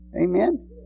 Amen